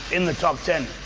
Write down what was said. in the top ten.